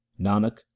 nanak